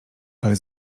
ale